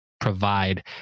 provide